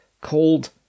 called